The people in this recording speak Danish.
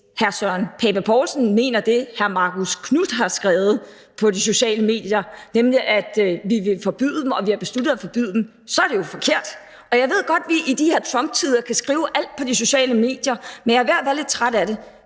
hr. Søren Pape Poulsen mener det, hr. Marcus Knuth har skrevet på de sociale medier, nemlig at vi vil forbyde dem, og at vi har besluttet at forbyde dem, så er det jo forkert. Jeg ved godt, at vi i de her Trumptider kan skrive alt på de sociale medier, men jeg er ved at være lidt træt af det.